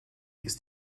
ist